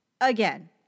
Again